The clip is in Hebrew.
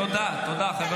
תלמד לעבוד.